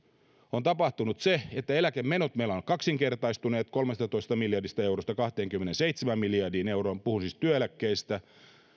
on tapahtunut se että eläkemenot meillä ovat kaksinkertaistuneet kolmestatoista miljardista eurosta kahteenkymmeneenseitsemään miljardiin euroon puhun siis työeläkkeistä